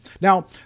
Now